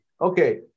Okay